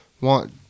want